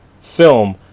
film